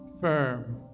firm